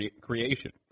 creation